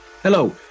Hello